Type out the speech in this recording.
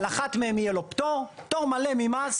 על אחת מהדירות יהיה לו פטור מלא ממס